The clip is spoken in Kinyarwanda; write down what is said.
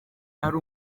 ari